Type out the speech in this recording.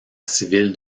civil